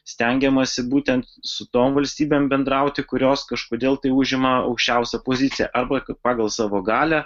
stengiamasi būtent su tom valstybėm bendrauti kurios kažkodėl tai užima aukščiausią poziciją arba pagal savo galią